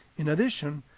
in addition,